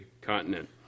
continent